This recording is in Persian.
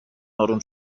آروم